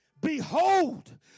Behold